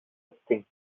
extinct